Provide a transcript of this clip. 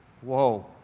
Whoa